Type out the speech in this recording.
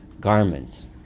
garments